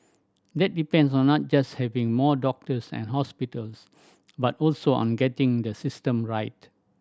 that depends on not just having more doctors and hospitals but also on getting the system right